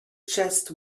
just